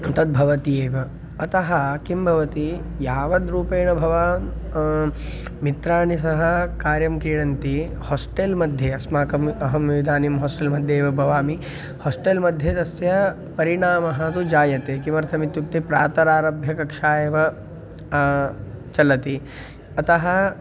तद्भवति एव अतः किं भवति यावद्रूपेण भवान् मित्राणि सह कार्यं क्रीणन्ति होस्टेल्मध्ये अस्माकम् अहम् इदानीं हास्टेल्मध्ये एव भवामि हास्टेल्मध्ये तस्य परिणामः तु जायते किमर्थमित्युक्ते प्रातरारभ्यकक्षा एव चलति अतः